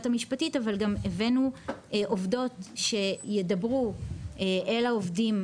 המשפטית אבל גם הבאנו עובדות שידברו אל העובדים,